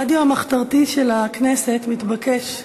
הרדיו המחתרתי של הכנסת מתבקש לדוֹם.